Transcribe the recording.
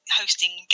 hosting